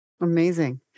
Amazing